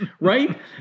right